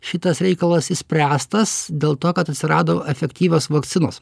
šitas reikalas išspręstas dėl to kad atsirado efektyvios vakcinos